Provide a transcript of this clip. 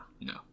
No